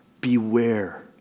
beware